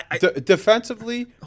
Defensively